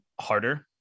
harder